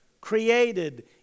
created